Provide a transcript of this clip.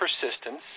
persistence